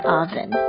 oven